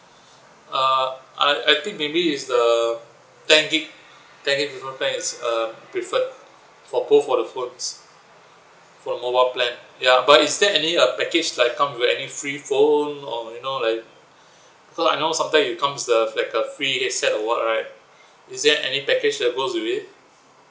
uh I I think maybe is the ten gig ten gig mobile plan is uh preferred for both of the phones for mobile plan ya but is there any uh package like come with any free phone or you know like because I know sometimes it comes with the like the free headset or what right is there any package that goes with it